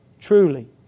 truly